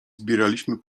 zbieraliśmy